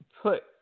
put